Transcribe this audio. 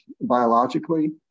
biologically